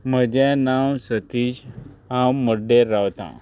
म्हजें नांव सतीश हांव मड्डेर रावतां